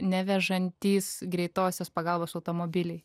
nevežantys greitosios pagalbos automobiliai